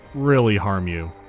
really harm you.